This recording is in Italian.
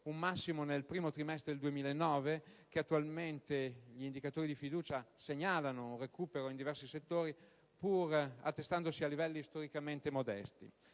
un massimo nel primo trimestre del 2009 e che attualmente gli indicatori di fiducia segnalino un recupero in diversi settori, pur attestandosi a livelli storicamente modesti.